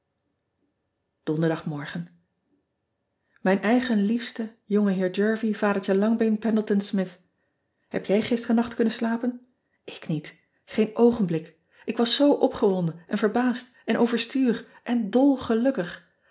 onderdagmorgen ijn eigen liefste ongeheer ervie adertje angbeen endleton mith eb jij gisteren nacht kunnen slapen k niet geen oogenblik k was zoo opgewonden en verbaasd en overstuur en dol gelukkig